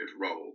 role